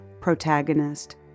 protagonist –